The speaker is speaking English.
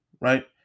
right